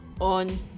on